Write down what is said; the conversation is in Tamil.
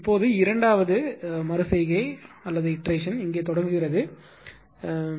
இப்போது இரண்டாவது மறு செய்கை இங்கே தொடங்குகிறது இது இரண்டாவது மறு செய்கை